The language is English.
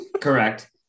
correct